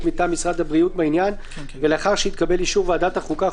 מטעם משרד הבריאות בעניין ולאחר שהתקבל אישור ועדת החוקה,